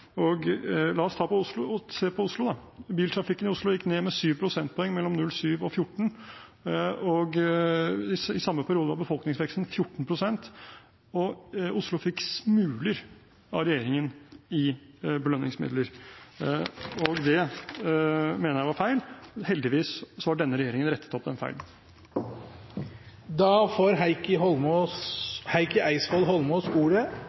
La oss se på Oslo. Biltrafikken i Oslo gikk ned med 7 prosentpoeng mellom 2007 og 2014, og i samme periode var befolkningsveksten 14 pst., og Oslo fikk smuler av regjeringen i belønningsmidler. Det mener jeg var feil. Heldigvis har denne regjeringen rettet opp denne feilen. Representanten Heikki Eidsvoll Holmås